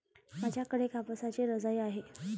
माझ्याकडे कापसाची रजाई आहे